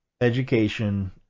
education